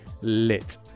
lit